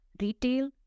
retail